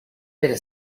pero